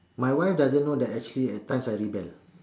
my wife doesn't know that actually at times I rebel